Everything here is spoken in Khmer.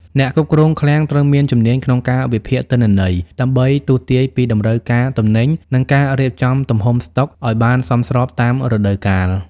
អ្នកគ្រប់គ្រងឃ្លាំងត្រូវមានជំនាញក្នុងការវិភាគទិន្នន័យ ដើម្បីទស្សន៍ទាយពីតម្រូវការទំនិញ និងការរៀបចំទំហំស្តុកឱ្យបានសមស្របតាមរដូវកាល។